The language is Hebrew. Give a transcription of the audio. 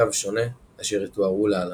ומעקב שונה אשר יתוארו להלן.